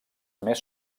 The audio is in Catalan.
més